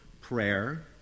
prayer